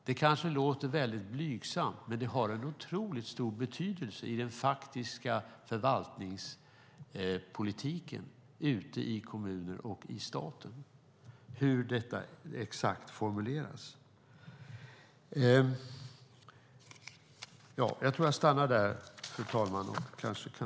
Det kanske låter blygsamt, men hur detta exakt formuleras har otroligt stor betydelse i den faktiska förvaltningspolitiken i kommuner och i staten.